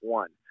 one